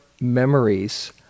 memories